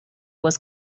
was